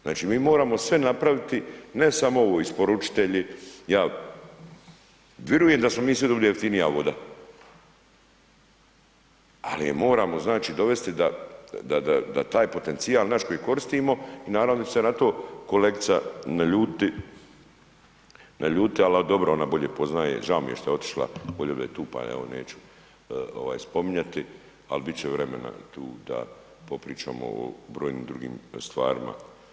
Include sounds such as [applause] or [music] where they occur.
Znači mi moramo sve napraviti, ne samo ovo isporučitelji ... [unintelligible] ja virujem da smo mi svi ... [unintelligible] jeftinija voda, ali je moramo znači dovesti da, da taj potencijal naš koji koristimo i naravno da će se na to kolegica naljutiti, naljutiti, ali dobro, ona bolje poznaje, žao mi je šta je otišla, volio bi da je tu, pa je evo neću spominjati, ali bit će vremena tu da popričamo o brojnim drugim stvarima.